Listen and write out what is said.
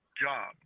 job